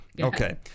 Okay